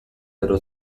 gero